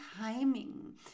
timing